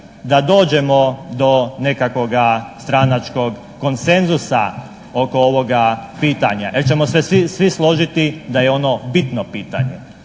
da dođemo do nekakvoga stranačkog konsenzusa oko ovoga pitanja gdje ćemo se svi složiti da je ono bitno pitanje.